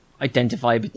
identify